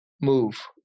move